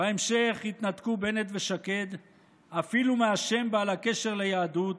בהמשך התנתקו בנט ושקד אפילו מהשם בעל הקשר ליהדות